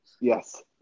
Yes